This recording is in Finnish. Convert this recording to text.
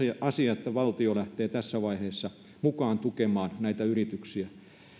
asia että valtio lähtee tässä vaiheessa mukaan tukemaan näitä yrityksiä